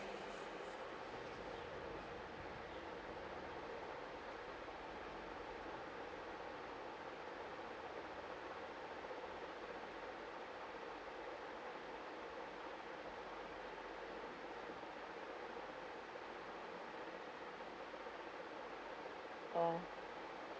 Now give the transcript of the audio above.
orh